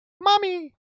Mommy